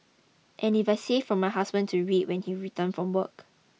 and I saved it for my husband to read when he returned from work